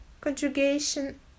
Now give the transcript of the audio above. conjugation